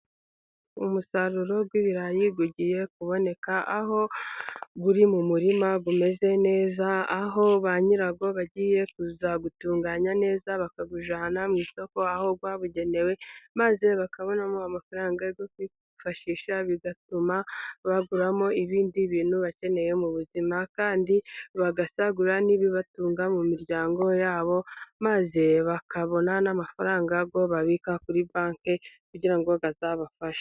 Umusaruro w'ibirayi ugiye kuboneka, aho biri mu murima bimeze neza, aho ba nyirawo bagiye kuzawutunganya neza bakawujyana mu isoko, aho bawugenewe, maze bakabonamo amafaranga yo kwifashisha bigatuma baguramo ibindi bintu bakeneye mu buzima, kandi bagasagura n'ibibatunga mu miryango ya bo maze bakabona n'amafaranga babika kuri banki, kugira ngo bazabafashe.